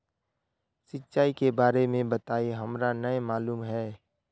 सिंचाई के बारे में बताई हमरा नय मालूम है?